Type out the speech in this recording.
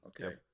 Okay